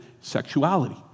sexuality